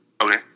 Okay